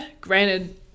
Granted